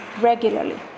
regularly